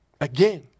Again